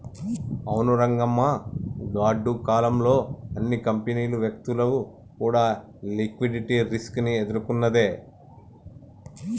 అవును రంగమ్మ గాడ్డు కాలం లో అన్ని కంపెనీలు వ్యక్తులు కూడా లిక్విడిటీ రిస్క్ ని ఎదుర్కొన్నది